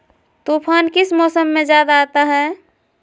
तूफ़ान किस मौसम में ज्यादा आता है?